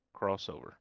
crossover